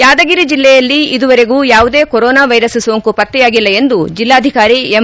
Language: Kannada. ಯಾದಗಿರಿ ಜಿಲ್ಲೆಯಲ್ಲಿ ಇದುವರೆಗೂ ಯಾವುದೇ ಕೊರೋನಾ ವೈರಸ್ ಸೋಂಕು ಪತ್ತೆಯಾಗಿಲ್ಲ ಎಂದು ಜಿಲ್ಲಾಧಿಕಾರಿ ಎಂ